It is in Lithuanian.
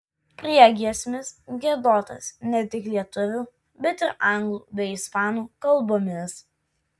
priegiesmis giedotas ne tik lietuvių bet ir anglų bei ispanų kalbomis